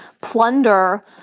plunder